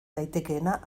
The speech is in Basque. daitekeena